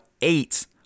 eight